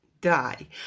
die